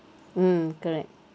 mm correct